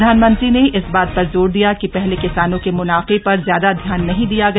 प्रधानमंत्री ने इस बात पर जोर दिया कि पहले किसानों के मुनाफे पर ज्यादा ध्यान नहीं दिया गया